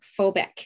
phobic